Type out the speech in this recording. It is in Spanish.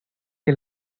que